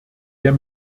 der